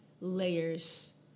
layers